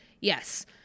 yes